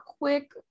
quick